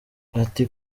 ati